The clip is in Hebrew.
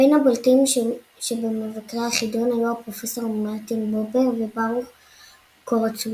בין הבולטים שבמבקרי החידון היו הפרופסורים מרטין בובר וברוך קורצווייל.